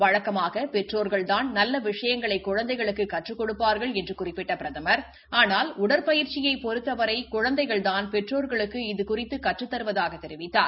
வழக்கமாக பெற்றோர்கள்தான் நல்ல விஷயங்களை குழந்தைகளுக்கு கற்றுக் கொடுப்பர்கள் என்று கறிப்பிட்ட பிரதம் ஆனால் உடற்பயிற்சியை பொறுத்தவரை குழந்தைகள்தான் பெற்றோர்களுக்கு இது குறித்து கற்றுத்தருவதாகத் தெரிவித்தார்